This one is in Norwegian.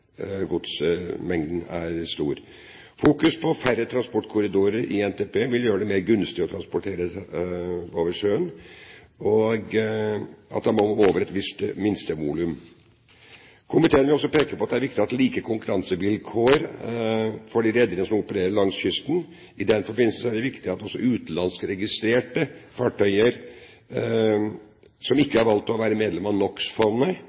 godsmengden er stor. Fokus på færre transportkorridorer i NTP vil gjøre det mer gunstig å transportere på sjøen, og en må over et visst minstevolum. Komiteen vil også peke på at det er viktig med like konkurransevilkår for de rederier som opererer langs kysten. I den forbindelse er det viktig at også utenlandsregistrerte fartøyer som ikke har valgt å være medlem av